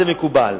זה מקובל.